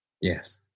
Yes